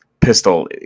pistol